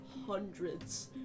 hundreds